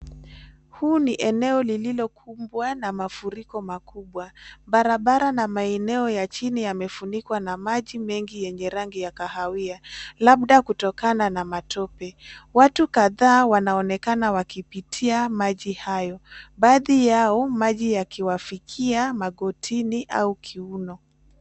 Huu ni eneo lililokumbwa na mafuriko makubwa. Barabara na maeneo ya chini yamefunkiwa na maji mengi yenye rangi ya kahawia labda kutokana na matope. Watu kadhaa wanaonekana wakipitia maji hayo. Baadhi yao maji yakiwafikia magotini au kiuno.